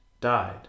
died